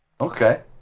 Okay